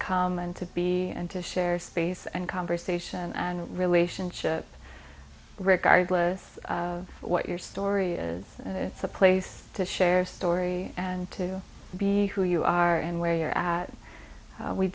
come and to be and to share space and conversation and relationship regardless of what your story is it's a place to share story and to be who you are and where you're at